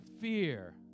fear